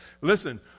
Listen